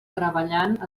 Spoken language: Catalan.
treballant